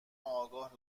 آگاه